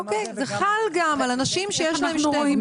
אוקי, זה חל גם על אנשים שיש להם שתי מוגבלויות.